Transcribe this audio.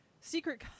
secret